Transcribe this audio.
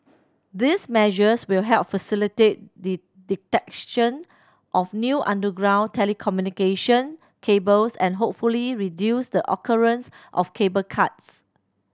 these measures will help facilitate the detection of new underground telecommunication cables and hopefully reduce the occurrence of cable cuts